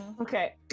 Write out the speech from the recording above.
Okay